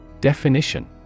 Definition